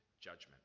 judgment